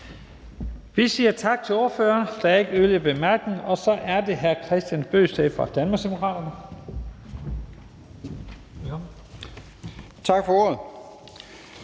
Vi siger tak til ordføreren. Der er ikke yderligere korte bemærkninger. Så er det hr. Kristian Bøgsted fra Danmarksdemokraterne. Velkommen.